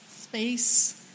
space